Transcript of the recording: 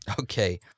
Okay